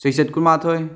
ꯆꯩꯆꯠ ꯀꯨꯟ ꯃꯥꯊꯣꯏ